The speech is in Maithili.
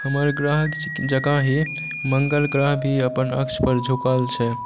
हमर ग्रह जकाँ ही मङ्गल ग्रह भी अपन कक्ष पर झुकल छै